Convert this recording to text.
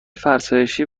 فرسایشی